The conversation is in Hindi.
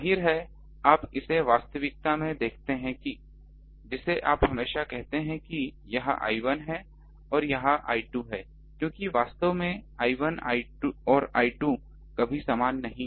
जाहिर है आप इसे वास्तविकता में देखते हैं जिसे आप हमेशा कहते हैं कि यह I1 है और यह I2 है क्योंकि वास्तव में यह I1 और I2 कभी समान नहीं है